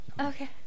Okay